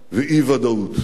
ואי-ודאות.